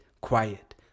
quiet